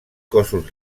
cossos